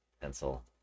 Pencil